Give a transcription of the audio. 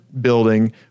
building